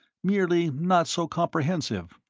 merely not so comprehensive.